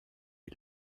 est